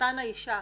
סרטן האישה,